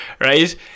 right